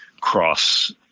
cross